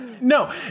No